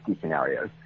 scenarios